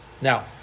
Now